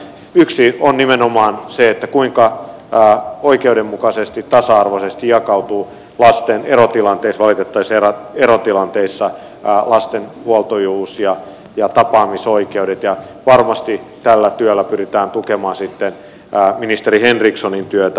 yksi asia on nimenomaan se kuinka oikeudenmukaisesti tasa arvoisesti jakautuvat valitettavissa erotilanteissa lasten huoltajuus ja tapaamisoikeudet ja varmasti tällä työllä pyritään tukemaan sitten ministeri henrikssonin työtä